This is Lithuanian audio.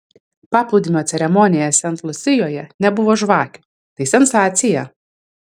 paplūdimio ceremonijoje sent lusijoje nebuvo žvakių tai sensacija